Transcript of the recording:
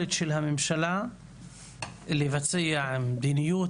שהממשלה הפנתה עורף,